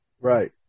Right